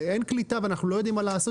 שאין קליטה ואנחנו לא יודעים מה לעשות